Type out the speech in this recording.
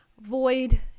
Void